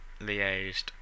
liaised